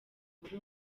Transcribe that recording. muri